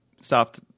stopped